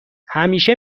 همیشه